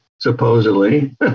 supposedly